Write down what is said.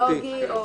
לא גזעני.